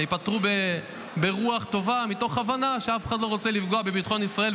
וייפתרו ברוח טובה מתוך הבנה שאף אחד לא רוצה לפגוע בביטחון ישראל,